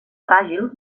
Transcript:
fràgil